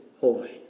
holy